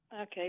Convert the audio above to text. Okay